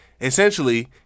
essentially